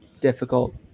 difficult